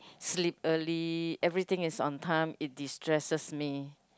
sleep early everything is on time it destresses me